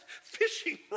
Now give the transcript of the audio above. fishing